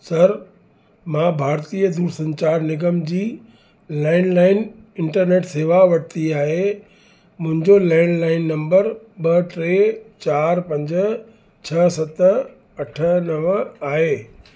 sir मां भारतीअ दूर संचार निगम लैंडलाइन इंटरनेट सेवा वर्ती आहे मुंहिंजो लैंडलाइन नम्बर ॿ टे चारि पंज छह सत अठ नव आहे